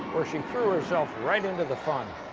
where she threw herself right into the fun.